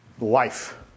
life